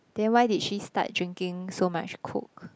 then why did she start drinking so much Coke